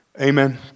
Amen